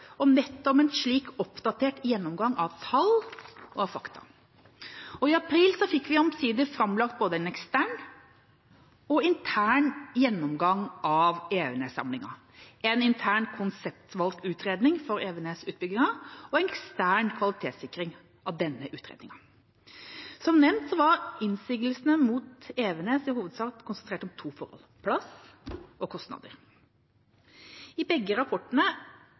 nettopp en slik oppdatert gjennomgang av tall og av fakta, og i april fikk vi omsider framlagt både en ekstern og intern gjennomgang av Evenes-samlingen, en intern konseptvalgutredning for Evenes-utbyggingen og en ekstern kvalitetssikring av denne utredningen. Som nevnt var innsigelsene mot Evenes i hovedsak konsentrert om to forhold: plass og kostnader. Begge rapportene